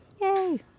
Yay